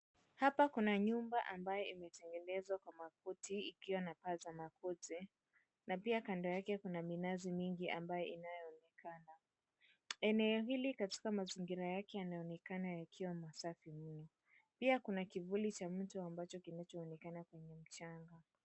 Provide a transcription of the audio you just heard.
Hapa kuna nyumba ambayo imetetengenezwa kwa makuti ikiwa na paa za makuti na pia kando yake kuna minazi mingi ambayo inayoonekana. Eneo hili katika mazingira yake yanaonekana yakiwa masafi mno. Pia kuna kuvuli cha mtu ambacho kinachoonekana kwenye mchanga.